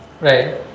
Right